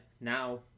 now